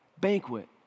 banquet